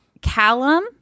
Callum